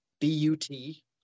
B-U-T